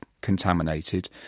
contaminated